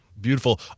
Beautiful